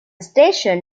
station